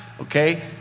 okay